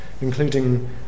including